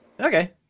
Okay